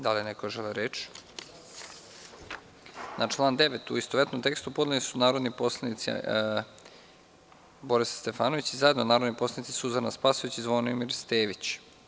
Da li neko želi reč? (Ne) Na član 9. amandman, u istovetnom tekstu, podneli su narodni poslanik Borislav Stefanović i zajedno narodni poslanici Suzana Spasojević i Zvonimir Stević.